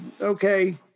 okay